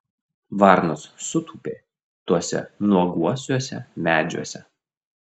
varnos sutūpė tuose nuoguosiuose medžiuose